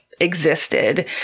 existed